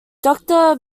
doctor